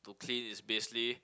clean is basically